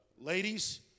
Ladies